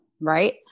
Right